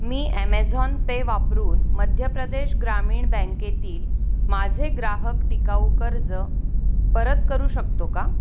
मी Amazon Pay वापरून मध्य प्रदेश ग्रामीण बँकेतील माझे ग्राहक टिकाऊ कर्ज परत करू शकतो का